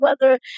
weather